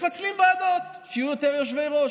מפצלים ועדות כדי שיהיו יותר יושבי-ראש.